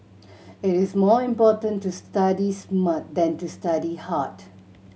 it is more important to study smart than to study hard